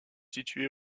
située